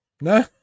No